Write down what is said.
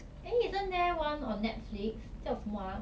eh isn't there one on netflix 叫什么 ah